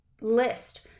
list